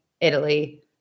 Italy